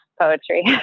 poetry